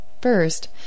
First